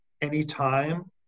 anytime